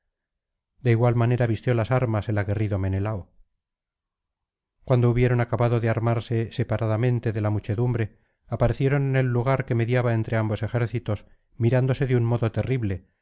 de igual manera vistió las armas el aguerrido menelao cuando hubieron acabado de armarse separadamente de la muchedumbre aparecieron en el lugar que mediaba entre ambos ejércitos mirándose de un modo terrible